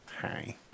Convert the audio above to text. Hi